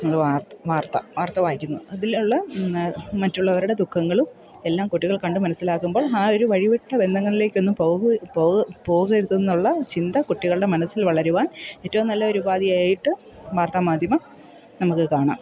നമുക്ക് വാർത്ത് വാർത്ത വാർത്ത വായിക്കുന്നത് അതിലുള്ള മറ്റുള്ളവരുടെ ദുഖങ്ങളും എല്ലാം കുട്ടികൾ കണ്ട് മനസ്സിലാക്കുമ്പോൾ ആ ഒരു വഴിവിട്ട ബന്ധങ്ങളിലേക്കൊന്നും പോകരുതെന്നുള്ള ചിന്ത കുട്ടികളുടെ മനസ്സിൽ വളരുവാൻ ഏറ്റവും നല്ല ഒരുപാധിയായിട്ട് വാർത്താ മാധ്യമം നമുക്ക് കാണാം